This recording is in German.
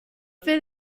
will